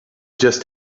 just